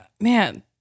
man